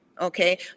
Okay